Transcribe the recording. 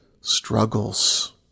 struggles